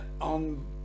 on